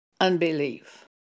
unbelief